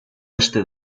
este